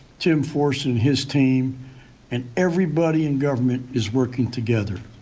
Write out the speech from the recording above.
tim forson his team and everybody in government is working together.